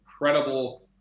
incredible